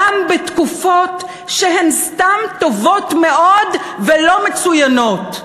גם בתקופות שהן סתם טובות מאוד ולא מצוינות?